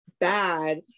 bad